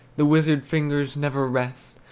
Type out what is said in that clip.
the wizard-fingers never rest,